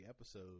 episode